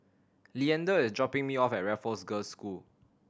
Leander is dropping me off at Raffles Girls' School